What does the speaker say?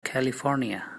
california